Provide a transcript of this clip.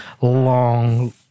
long